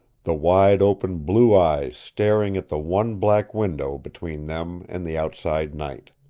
the wide-open blue eyes staring at the one black window between them and the outside night.